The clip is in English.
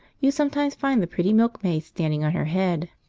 you sometimes find the pretty milkmaid standing on her head?